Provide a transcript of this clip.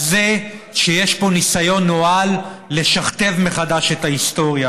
על זה שיש פה ניסיון נואל לשכתב מחדש את ההיסטוריה.